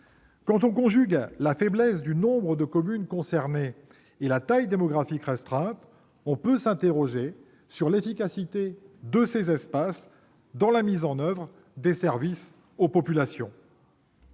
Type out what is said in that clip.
conjugaison de la faiblesse du nombre de communes concernées et de la taille démographique restreinte, on peut s'interroger sur l'efficacité de ces espaces pour la mise en oeuvre de services aux populations.